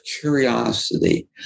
curiosity